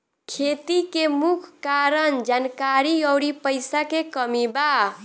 खेती के मुख्य कारन जानकारी अउरी पईसा के कमी बा